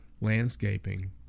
landscaping